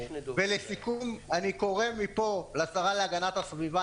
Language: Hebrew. ולסיכום, אני קורא מפה לשרה להגנת הסביבה.